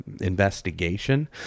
investigation